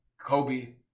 Kobe